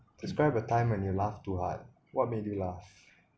describe a time when you laugh too hard what made you laugh